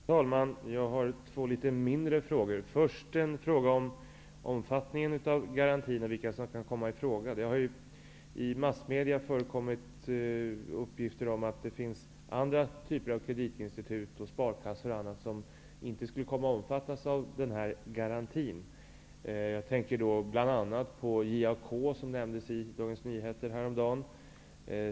Herr talman! Jag har två mindre frågor. Först vill jag fråga om omfattningen av garantin och vilka som kan komma i fråga. Det har i massmedia förekommit uppgifter om att det finns andra typer av kreditinstitut och sparkassor som inte skulle komma att omfattas av den här garantin. Jag tänker bl.a. på JAK, som nämndes i Dagens Nyheter häromdagen.